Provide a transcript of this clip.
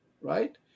right